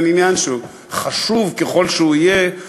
לעניין שחשוב ככל שיהיה,